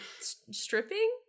stripping